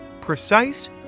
precise